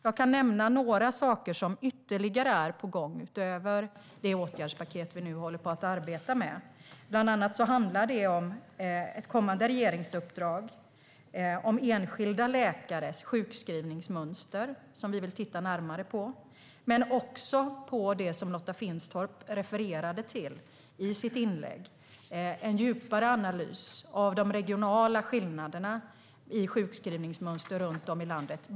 Jag kan nämna några ytterligare saker som är på gång, utöver det åtgärdspaket som vi nu håller på att arbeta med. Det handlar bland annat om ett kommande regeringsuppdrag. Vi tittar närmare på enskilda läkares sjukskrivningsmönster och även på det som Lotta Finstorp refererade till i sitt inlägg, alltså en djupare analys av de regionala skillnaderna i sjukskrivningsmönster runt om i landet.